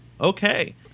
Okay